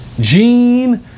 Gene